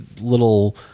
little